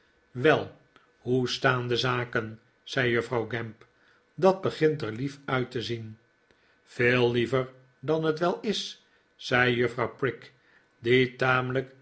wel hoe staan de zaken zei juffrouw gamp dat begint er lief uit te zien veel liever dan het wel is zei juffrouw prig die tamelijk